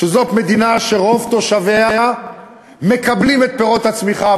שזאת מדינה שרוב תושביה מקבלים את פירות הצמיחה,